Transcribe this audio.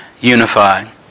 unified